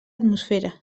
atmosfera